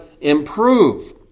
improve